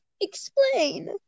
explain